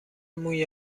موی